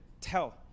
tell